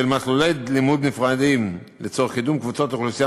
של מסלולי לימוד נפרדים לצורך קידום קבוצות אוכלוסייה